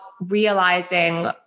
realizing